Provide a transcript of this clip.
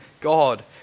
God